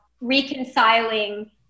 reconciling